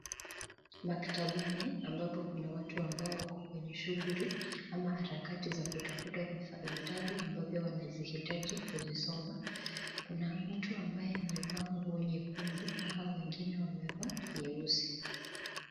Maktabani ambapo kuna watu ambao wako kwenye shughuli ana harakati za kutafuta vitabu ambavyo wanazihitaji kuzisoma. Kuna mtu ambaye amevaa nguo nyakundu na hao wengine wamavaa nyeusi.